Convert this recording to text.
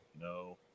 no